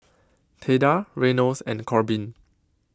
Theda Reynolds and Korbin